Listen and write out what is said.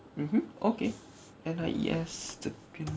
mmhmm okay N I E S 这边